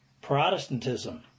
Protestantism